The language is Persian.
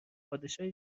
پادشاهی